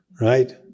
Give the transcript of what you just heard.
right